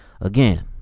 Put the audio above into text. again